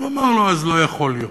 והוא אמר לו: אז לא יכול להיות.